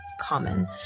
common